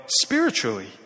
spiritually